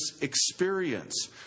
experience